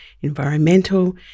environmental